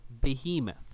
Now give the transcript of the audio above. Behemoth